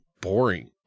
boring